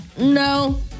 No